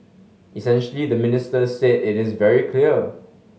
essentially the minister said it is very clear